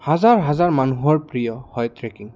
হাজাৰ হাজাৰ মানুহৰ প্ৰিয় হয় ট্ৰেকিং